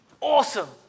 Awesome